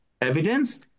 Evidence